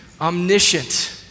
omniscient